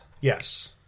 Yes